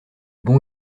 bons